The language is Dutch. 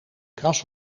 kras